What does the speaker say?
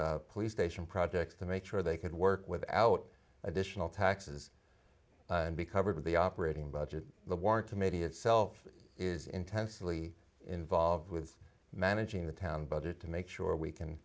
and police station projects to make sure they could work without additional taxes and be covered the operating budget committee itself is intensely involved with managing the town budget to make sure we can